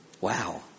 Wow